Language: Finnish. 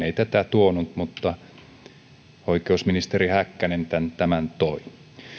ei tätä tuonut mutta oikeusministeri häkkänen tämän tämän toi